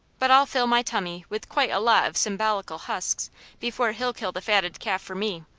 but i'll fill my tummy with quite a lot of symbolical husks before he'll kill the fatted calf for me.